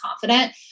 confident